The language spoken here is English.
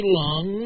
long